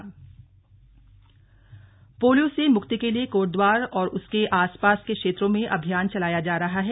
polio अभियान polio से मुक्ति के लिए कोटद्वार और उसके आसपास के क्षेत्रों में अभियान चलाया जा रहा है